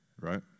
Right